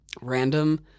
random